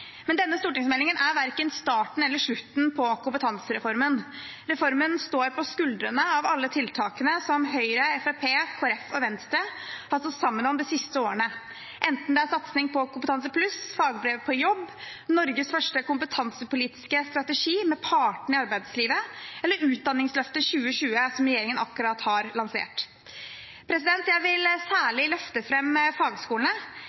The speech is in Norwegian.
Men denne stortingsmeldingen er verken starten eller slutten på kompetansereformen. Reformen står på skuldrene til alle tiltakene som Høyre, Fremskrittspartiet, Kristelig Folkeparti og Venstre har stått sammen om de siste årene, enten det er satsing på Kompetansepluss, fagbrev på jobb, Norges første kompetansepolitiske strategi med partene i arbeidslivet eller Utdanningsløftet 2020, som regjeringen akkurat har lansert. Jeg vil særlig løfte fram fagskolene.